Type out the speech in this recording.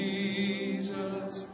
Jesus